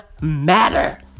matter